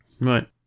right